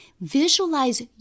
Visualize